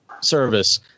service